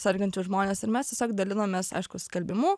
sergančius žmones ir mes tiesiog dalinomės aišku skelbimu